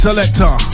Selector